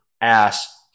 ass